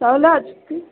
তাহলে আজকে